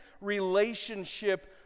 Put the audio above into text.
relationship